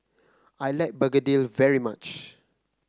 I like begedil very much